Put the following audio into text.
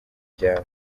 byawe